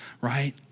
right